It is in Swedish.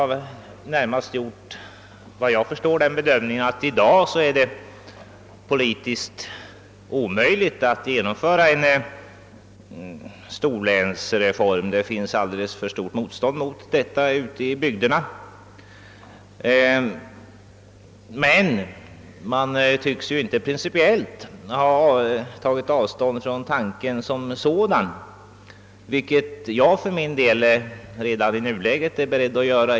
Regeringen har i dag närmast gjort den bedömningen att det är politiskt omöjligt att genomföra en stor länsreform, eftersom det ute i bygderna finns ett alldeles för kraftigt motstånd däremot. Men principiellt tycks regeringen inte ha tagit avstånd från tanken på en reform, vilket jag för min del redan nu är beredd att göra.